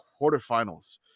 quarterfinals